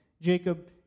Jacob